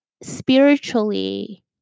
spiritually